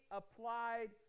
applied